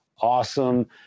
awesome